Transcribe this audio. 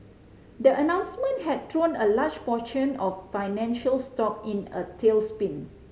the announcement had thrown a large portion of financial stock in a tailspin